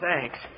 thanks